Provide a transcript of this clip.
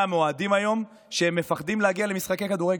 מאוהדים היום שהם פוחדים להגיע למשחקי כדורגל.